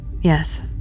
Yes